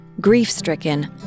Grief-stricken